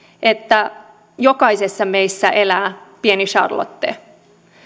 että jokaisessa meissä elää pieni charlotte